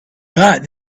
right